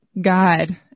God